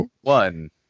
one